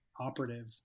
operative